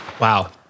Wow